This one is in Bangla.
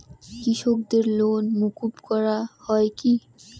কৃষকদের লোন মুকুব করা হয় কি?